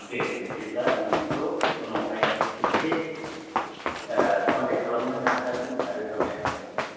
दे बिदिब्ला आं नोंखौ उनावहाय खेबसे कनटेक्ट खालामनो नाजागोन आरो ज'नायहरगोन दे